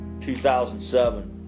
2007